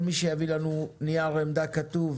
כל מי שיביא לנו נייר עמדה כתוב,